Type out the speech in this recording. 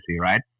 right